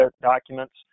documents